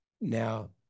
Now